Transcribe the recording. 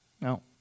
No